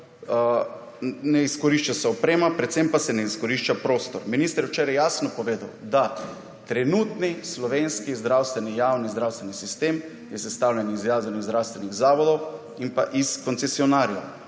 ne izkorišča se oprema, predvsem pa se ne izkorišča prostor. Minister je včeraj jasno povedal, da trenutni slovenski zdravstveni javni sistem je sestavljen iz javnih zdravstvenih zavodov in pa iz koncesionarjev.